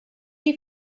you